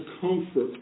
comfort